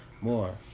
more